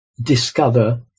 discover